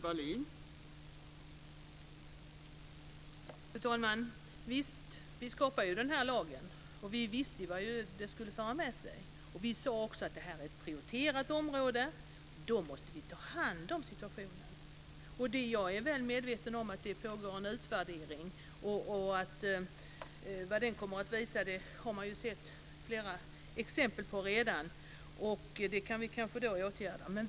Fru talman! Visst, vi skapade lagen, och vi visste vad den skulle föra med sig. Vi sade att det är ett prioriterat område. Men då måste vi ta hand om situationen. Jag är väl medveten om att det pågår en utvärdering. Vad den kommer att visa har vi redan sett flera exempel på.